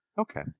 Okay